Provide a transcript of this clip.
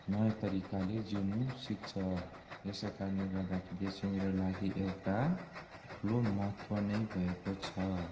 नयाँ तरिकाले जिउनु सिक्छ यसैकारणले गर्दाखेरि यो चाहिँ मेरो लागि एउटा ठुलो महत्त्व नै भएको छ